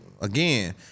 again